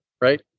right